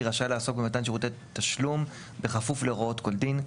רשאי לעסוק במתן שירותי תשלום בכפוף להוראות כל דין,